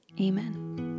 amen